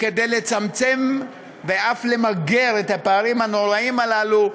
כדי לצמצם ואף למגר את הפערים הנוראיים הללו,